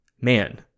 man